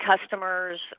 customers